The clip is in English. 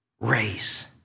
race